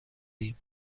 ایم